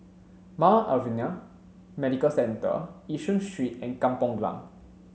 Mount Alvernia Medical Centre Yishun Street and Kampong Glam